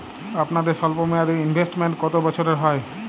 আপনাদের স্বল্পমেয়াদে ইনভেস্টমেন্ট কতো বছরের হয়?